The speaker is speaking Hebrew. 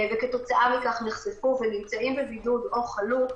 וכתוצאה מכך נחשפו ונמצאים בבידוד או חלו.